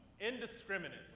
indiscriminately